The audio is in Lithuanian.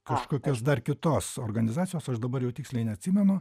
kažkokios dar kitos organizacijos aš dabar jau tiksliai neatsimenu